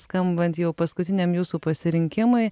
skambant jau paskutiniam jūsų pasirinkimui